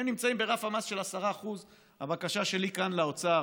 הם נמצאים ברף המס של 10%. הבקשה שלי כאן לאוצר